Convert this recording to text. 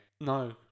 No